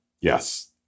Yes